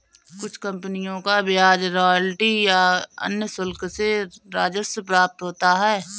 कुछ कंपनियों को ब्याज रॉयल्टी या अन्य शुल्क से राजस्व प्राप्त होता है